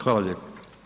Hvala lijepo.